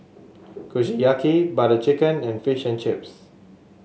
Kushiyaki Butter Chicken and Fish and Chips